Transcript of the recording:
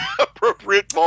Appropriate